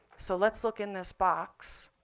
so let's look in this box,